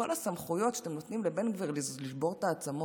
כל הסמכויות שאתם נותנים לבן גביר לשבור את העצמות,